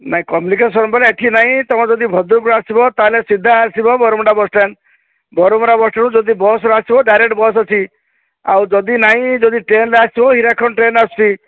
ନାଇଁ କମ୍ୟୁନିକେସନ୍ ଏଠି ନାହିଁ ତମେ ଯଦି ଭଦ୍ରକରୁ ଆସିବ ତା'ହେଲେ ସିଧା ଆସିବ ବରମୁଣ୍ଡା ବସ୍ଷ୍ଟାଣ୍ଡ ବରମୁଣ୍ଡା ବସ୍ଷ୍ଟାଣ୍ଡରୁ ଯଦି ବସ୍ରେ ଆସିବ ଡାଇରେକ୍ଟ ବସ୍ ଅଛି ଆଉ ଯଦି ନାହିଁ ଟ୍ରେନ୍ରେ ଆସିବ ହୀରାଖଣ୍ଡ ଟ୍ରେନ୍ ଆସୁଛି